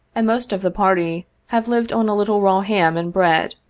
and most of the party have lived on a little raw ham and bread,